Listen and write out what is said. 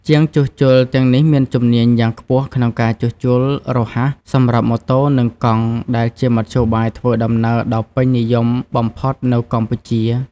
ជាងជួសជុលទាំងនេះមានជំនាញយ៉ាងខ្ពស់ក្នុងការជួសជុលរហ័សសម្រាប់ម៉ូតូនិងកង់ដែលជាមធ្យោបាយធ្វើដំណើរដ៏ពេញនិយមបំផុតនៅកម្ពុជា។